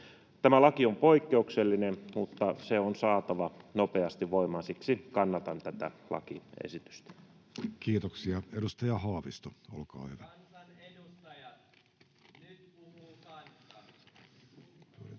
Tämä laki on poikkeuksellinen, mutta se on saatava nopeasti voimaan. Siksi kannatan tätä lakiesitystä. Kiitoksia. — Edustaja Haavisto, olkaa hyvä. [Mielenosoitus